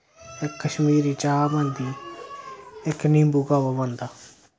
कश्मीरी चा बनदी इक निम्बू कावा बनदा